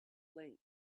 length